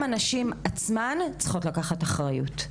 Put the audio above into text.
גם נשים עצמן צריכות לקחת אחריות.